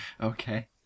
Okay